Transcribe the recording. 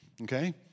okay